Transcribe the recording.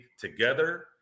together